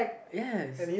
yes